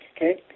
Okay